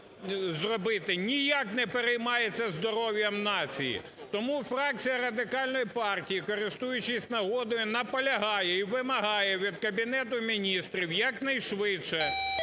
ніяк не переймається здоров'ям нації. Тому фракції Радикальної партії, користуючись нагодою, наполягає і вимагає від Кабінету Міністрів якнайшвидше